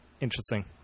Interesting